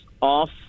off